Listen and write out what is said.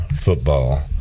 football